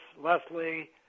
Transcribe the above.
Leslie